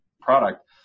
product